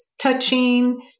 touching